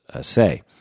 say